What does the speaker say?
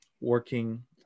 working